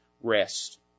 rest